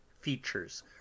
features